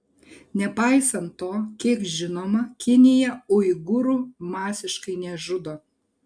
nepaisant to kiek žinoma kinija uigūrų masiškai nežudo